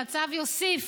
שהצו יוסיף